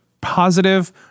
positive